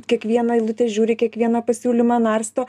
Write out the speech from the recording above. kiekvieną eilutę žiūri kiekvieną pasiūlymą narsto